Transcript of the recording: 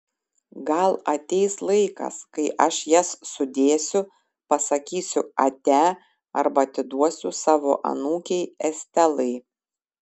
gal ateis laikas kai aš jas sudėsiu pasakysiu ate arba atiduosiu savo anūkei estelai